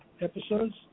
episodes